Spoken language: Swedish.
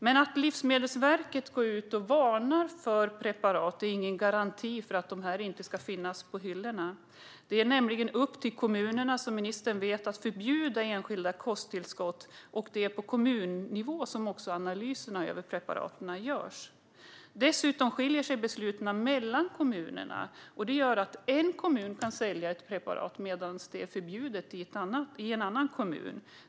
Men att Livsmedelsverket går ut och varnar för preparat är ingen garanti för att de inte finns på hyllorna. Det är nämligen upp till kommunerna, som ministern vet, att förbjuda enskilda kosttillskott, och det är på kommunnivå som analyserna av preparaten görs. Dessutom skiljer sig besluten mellan kommunerna åt, och det gör att en kommun kan sälja ett preparat medan det är förbjudet i en annan kommun.